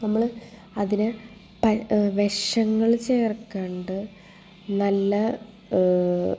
നമ്മൾ അതിന് വിഷങ്ങൾ ചേർക്കാണ്ട് നല്ല